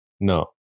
No